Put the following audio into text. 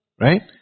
right